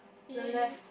the left